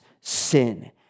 sin